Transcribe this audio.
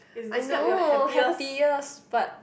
I know happiest but